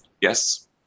Yes